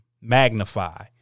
magnify